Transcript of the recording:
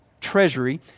treasury